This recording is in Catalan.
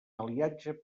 aliatge